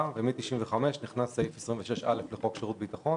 ומאז נכנס סעיף 26א לחוק שירות הביטחון